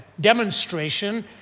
demonstration